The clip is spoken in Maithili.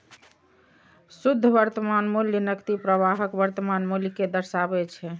शुद्ध वर्तमान मूल्य नकदी प्रवाहक वर्तमान मूल्य कें दर्शाबै छै